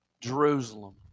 Jerusalem